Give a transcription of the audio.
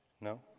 No